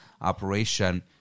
operation